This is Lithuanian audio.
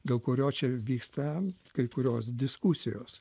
dėl kurio čia vyksta kai kurios diskusijos